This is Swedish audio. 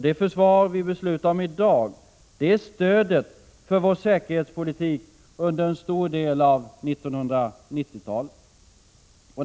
Det försvar vi beslutar om i dag är stödet för vår säkerhetspolitik under en stor del av 1990-talet.